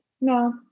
No